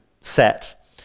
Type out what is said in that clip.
set